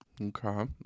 Okay